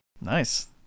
Nice